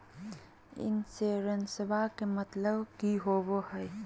इंसोरेंसेबा के मतलब की होवे है?